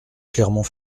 clermont